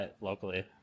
locally